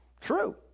true